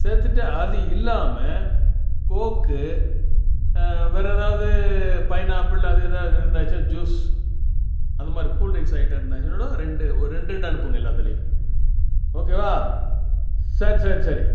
சேர்த்துட்டு அது இல்லாமல் கோக் வேறு ஏதாவது பைன் ஆப்பிள் அது ஏதாவது இருந்துச்சா ஜூஸ் அந்த மாதிரி கூல் ட்ரிங்க்ஸ் ஐட்டம் இருந்தால் கூட ரெண்டு ஒரு ரெண்டு ரெண்டு அனுப்புங்க எல்லாத்துலேயும் ஓகேவா சரி சரி சரி